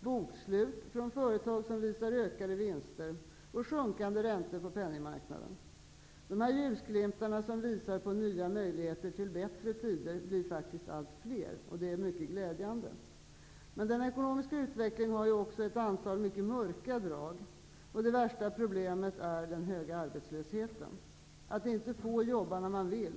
Bokslut från företag som visar ökade vinster. Sjunkande räntor på penningmarknaden. Dessa ljusglimtar som visar på nya möjligheter till bättre tider blir faktiskt allt fler, och det är mycket glädjande. Men den ekonomiska utvecklingen har också ett antal mycket mörka drag. Det värsta problemet är den höga arbetslösheten. Att inte få jobba när man vill,